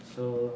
so